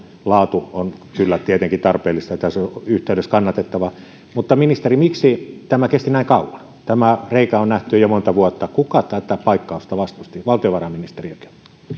laatu on tietenkin kyllä tarpeellista ja tässä yhteydessä kannatettavaa ministeri miksi tämä kesti näin kauan tämä reikä on nähty jo monta vuotta kuka tätä paikkausta vastusti valtiovarainministeriökö